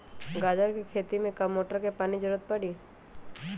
गाजर के खेती में का मोटर के पानी के ज़रूरत परी?